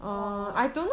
or